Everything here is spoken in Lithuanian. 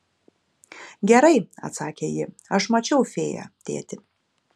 gerai atsakė ji aš mačiau fėją tėti